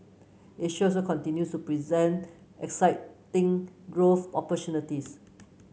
Asia also continues to present exciting growth